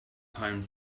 time